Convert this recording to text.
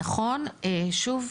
נכון, שוב,